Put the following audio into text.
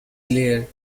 glare